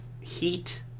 heat